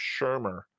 Shermer